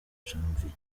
janvier